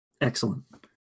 Excellent